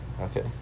Okay